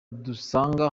dusanga